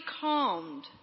calmed